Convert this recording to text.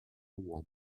uomo